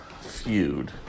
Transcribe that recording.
feud